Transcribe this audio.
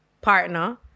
partner